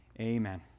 amen